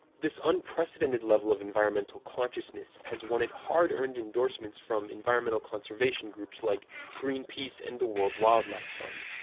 this unprecedented level of environmental consciousness has won it hard-earned endorsements from environmental conservation groups like greenpeace and the world wildlife fund.